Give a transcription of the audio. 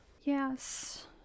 Yes